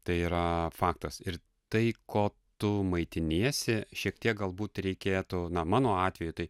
tai yra faktas ir tai ko tu maitiniesi šiek tiek galbūt reikėtų na mano atveju tai